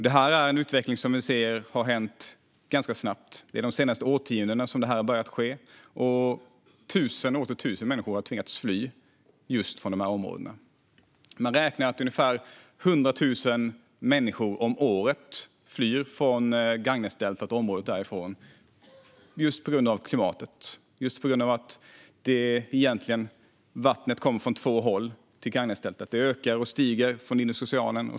Det här är en utveckling som har gått ganska snabbt. Det är under de senaste årtiondena som detta börjat ske. Tusen och åter tusen människor har tvingats fly just från dessa områden. Man räknar med att det är ungefär 100 000 människor om året som flyr från Gangesdeltat och området däromkring på grund av klimatet. Vattnet kommer från två håll till Gangesdeltat. Det ökar och stiger från Indiska oceanen.